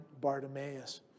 Bartimaeus